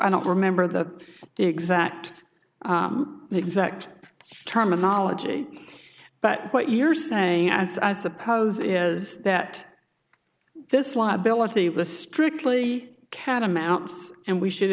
i don't remember the exact exact terminology but what you're saying as i suppose is that this liability was strictly catamounts and we should